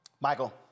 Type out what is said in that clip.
Michael